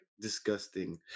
Disgusting